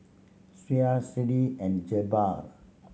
Sheena Zadie and Jabbar